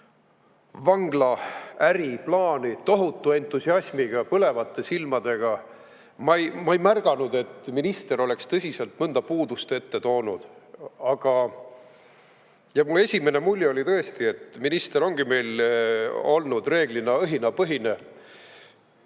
vangla äriplaani tohutu entusiasmiga, põlevate silmadega. Ma ei märganud, et minister oleks tõsiselt mõnda puudust esile toonud. Mu esimene mulje oli tõesti, et minister ongi meil olnud reeglina õhinapõhine.